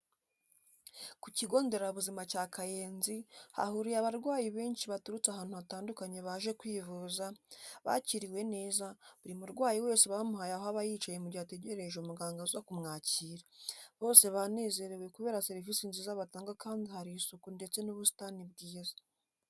Ku kigo nderabuzima cya Kayenzi hahuriye abarwayi benshi baturutse ahantu hatandukanye baje kwivuza, bakiriwe neza, buri murwayi wese bamuhaye aho aba yicaye mu gihe ategereje umuganga uza kumwakira, bose banezerewe kubera serivisi nziza batanga kandi hari isuku ndetse n'ubusitani bwiza.